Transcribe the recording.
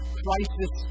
crisis